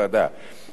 עוד החליטה הוועדה,